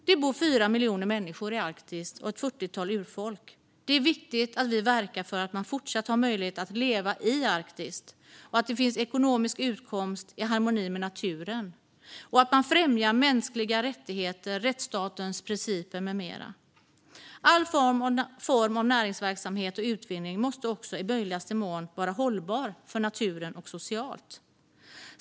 Det bor 4 miljoner människor och ett fyrtiotal urfolk i Arktis. Det är viktigt att vi verkar för att man även fortsättningsvis har möjlighet att leva i Arktis, att det finns ekonomisk utkomst i harmoni med naturen och att man främjar mänskliga rättigheter, rättsstatens principer med mera. All form av näringsverksamhet och utvinning måste också i möjligaste mån vara hållbar för naturen och socialt.